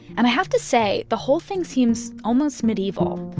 and i have to say the whole thing seems almost medieval.